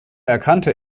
erkannte